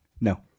No